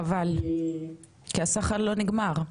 חבל, כי הסחר לא נגמר.